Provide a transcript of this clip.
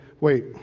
wait